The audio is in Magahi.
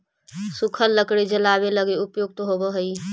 सूखल लकड़ी जलावे लगी उपयुक्त होवऽ हई